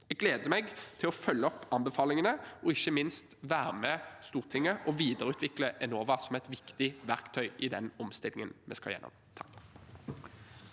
Jeg gleder meg til å følge opp anbefalingene og ikke minst være med Stortinget og videreutvikle Enova som et viktig verktøy i den omstillingen vi skal gjennom.